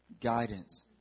guidance